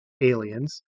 aliens